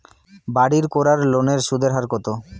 বাড়ির করার লোনের সুদের হার কত?